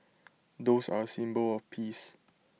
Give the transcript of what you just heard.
doves are A symbol of peace